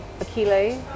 Achille